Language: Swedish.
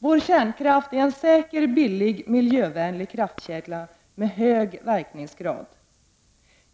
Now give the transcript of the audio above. Vår kärnkraft är en säker, billig och miljövänlig kraftkälla med hög verkningsgrad.